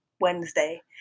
Wednesday